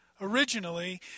originally